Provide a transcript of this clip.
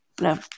No